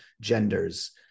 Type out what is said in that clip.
genders